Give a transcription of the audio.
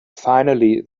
finally